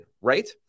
right